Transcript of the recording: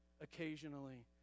occasionally